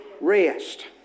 Rest